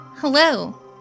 Hello